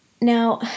Now